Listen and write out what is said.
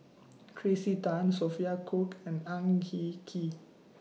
Tracey Tan Sophia Cooke and Ang Hin Kee